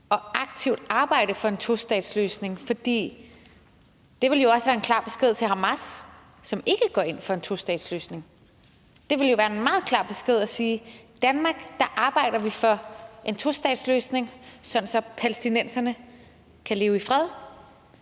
og aktivt arbejde for en tostatsløsning. Det ville jo også være en klar besked Hamas, som ikke går ind for en tostatsløsning. Det ville være en meget klar besked at sige, at i Danmark arbejder vi for en tostatsløsning, sådan at palæstinenserne kan leve i fred